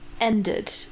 ended